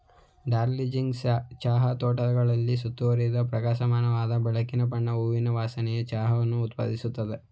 ಡಾರ್ಜಿಲಿಂಗ್ ಚಹಾ ತೋಟಗಳಿಂದ ಸುತ್ತುವರಿದಿದ್ದು ಪ್ರಕಾಶಮಾನವಾದ ಬೆಳಕಿನ ಬಣ್ಣ ಹೂವಿನ ವಾಸನೆಯ ಚಹಾವನ್ನು ಉತ್ಪಾದಿಸುತ್ತದೆ